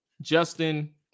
Justin